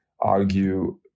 argue